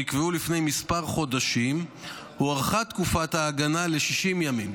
שנקבעו לפני כמה חודשים הוארכה תקופת ההגנה ל-60 ימים.